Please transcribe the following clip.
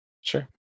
Sure